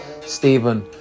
Stephen